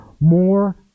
more